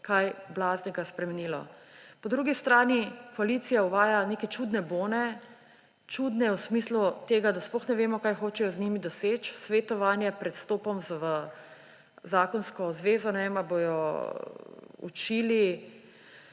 kaj blaznega spremenilo. Po drugi strani koalicija uvaja neke čudne bone; čudne v smislu tega, da sploh ne vemo, kaj hočejo z njimi doseči − svetovanje pred vstopom v zakonsko zvezo. Ne vem, ali bodo učili